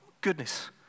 goodness